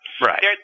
Right